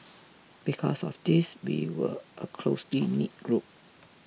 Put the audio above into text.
because of this we were a closely knit group